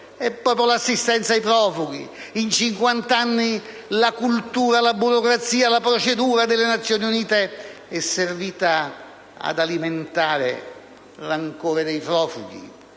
è proprio l'assistenza ai profughi. In cinquant'anni la cultura, la burocrazia e la procedura delle Nazioni Uniti sono servite ad alimentare rancore nei profughi,